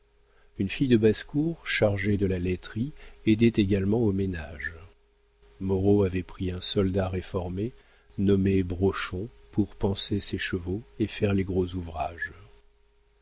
une fille de basse-cour chargée de la laiterie aidait également au ménage moreau avait pris un soldat réformé nommé brochon pour panser ses chevaux et faire les gros ouvrages